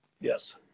Yes